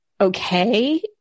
okay